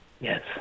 Yes